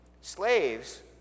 Slaves